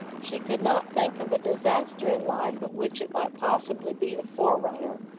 she could not think of a disaster in life of which it might possibly be the forerunner.